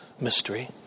mystery